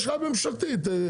יש לך ממשלתי תפתח אותו.